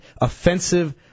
offensive